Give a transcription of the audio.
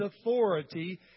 authority